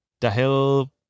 Dahil